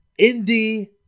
indie